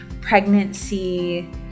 Pregnancy